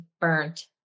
burnt